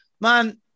man